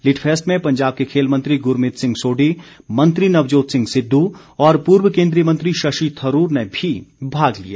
litfest में पंजाब के खेल मंत्री गुरमीत सिंह सोढी मंत्री नवजोत सिंह सिद्धू और पूर्व केन्द्रीय मंत्री शशि थरूर ने भी भाग लिया